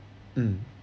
mm